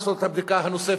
הרחבת כביש או צומת.